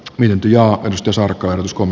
myynti ja edustus erkan uskon